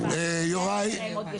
אין יותר הסתייגויות.